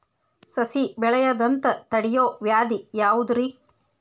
ಸಸಿ ಬೆಳೆಯದಂತ ತಡಿಯೋ ವ್ಯಾಧಿ ಯಾವುದು ರಿ?